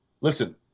Listen